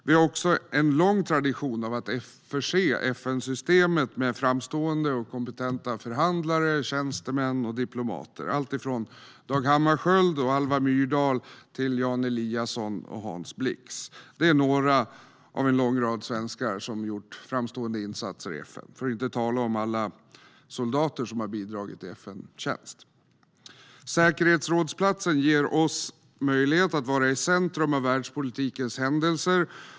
Vi har också en lång tradition av att förse FN-systemet med framstående och kompetenta förhandlare, tjänstemän och diplomater - från Dag Hammarskjöld och Alva Myrdal till Jan Eliasson och Hans Blix. De är några i en lång rad av svenskar som har gjort framstående insatser inom FN, för att inte tala om alla soldater som har bidragit i FN-tjänst. Säkerhetsrådsplatsen ger oss möjlighet att vara i centrum av världspolitikens händelser.